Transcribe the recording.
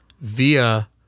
via